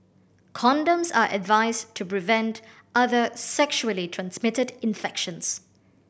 condoms are advised to prevent other sexually transmitted infections